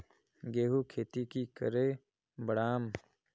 गेंहू खेती की करे बढ़ाम?